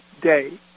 day